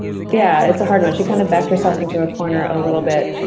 yeah, it's a hard one she kind of backed herself into a corner a little bit.